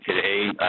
today